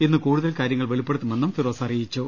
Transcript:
ഇന്ന് കൂടുതൽ കാര്യങ്ങൾ വെളിപ്പെടുത്തുമെന്ന് ഫിറോസ് പറഞ്ഞു